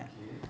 okay